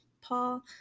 Paul